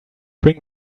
bring